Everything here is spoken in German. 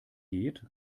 geht